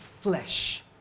flesh